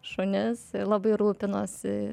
šunis labai rūpinosi